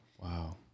Wow